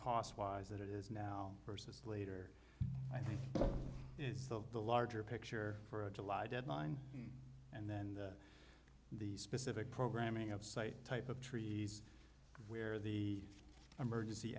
cost wise that it is now versus later i think is the the larger picture for a july deadline and then the the specific programming of site type of trees where the emergency